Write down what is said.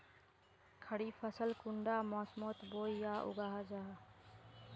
खरीफ फसल कुंडा मोसमोत बोई या उगाहा जाहा?